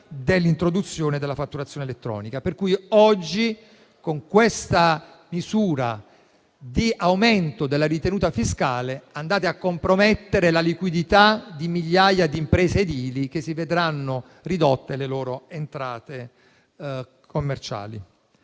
dell’introduzione della fatturazione elettronica. Oggi, con questa misura di aumento della ritenuta fiscale, andate a compromettere la liquidità di migliaia di imprese edili che vedranno ridotte le loro entrate commerciali.